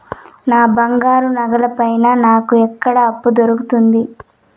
నా బంగారు నగల పైన నాకు ఎక్కడ అప్పు దొరుకుతుంది